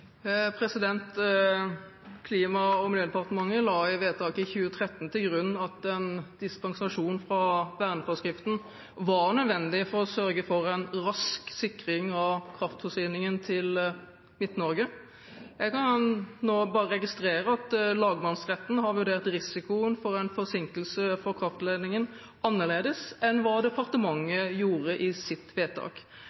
la i vedtaket i 2013 til grunn at en dispensasjon fra verneforskriften var nødvendig for å sørge for en rask sikring av kraftforsyningen til Midt-Norge. Jeg kan nå bare registrere at lagmannsretten har vurdert risikoen for en forsinkelse for kraftledningen annerledes enn hva departementet gjorde i sitt vedtak.